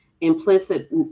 implicit